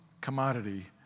commodity